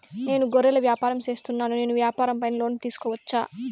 నేను గొర్రెలు వ్యాపారం సేస్తున్నాను, నేను వ్యాపారం పైన లోను తీసుకోవచ్చా?